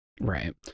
Right